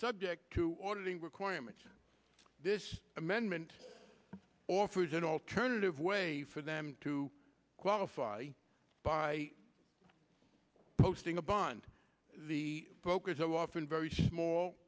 subject to ordering requirements this amendment offers an alternative way for them to qualify by posting a bond the focus of often very small